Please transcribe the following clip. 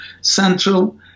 central